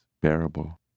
bearable